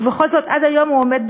ובכל זאת הוא עומד עד היום בשיממונו.